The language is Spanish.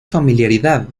familiaridad